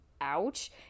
ouch